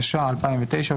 התש"ע 2009,